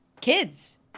kids